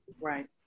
Right